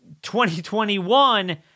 2021